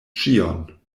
ĉion